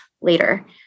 later